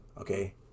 Okay